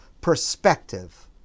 perspective